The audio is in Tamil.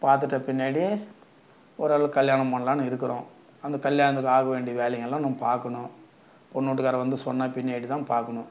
பார்த்துட்ட பின்னாடி ஓரளவு கல்யாணம் பண்ணலானு இருக்கிறோம் அந்த கல்யாணத்தில் ஆக வேண்டிய வேலைங்கள்லாம் இன்னும் பார்க்கணும் பொண்ணு வீட்டுக்காரங்க வந்து சொன்ன பின்னாடி தான் பார்க்கணும்